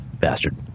bastard